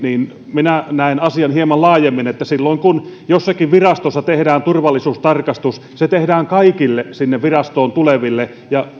minä näen asian hieman laajemmin että silloin kun jossakin virastossa tehdään turvallisuustarkastus se tehdään kaikille sinne virastoon tuleville